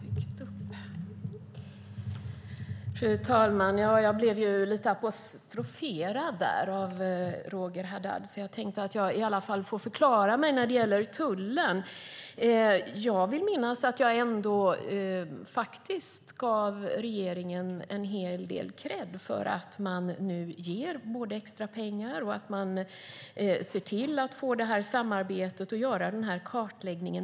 Fru talman! Jag blev ju apostroferad av Roger Haddad så jag vill förklara mig när det gäller tullen. Jag vill minnas att jag gav regeringen en hel del kredd för att man nu ger extra pengar, ser till att få till ett samarbete och gör en kartläggning.